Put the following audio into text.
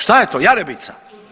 Šta je to, jarebica?